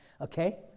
Okay